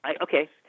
okay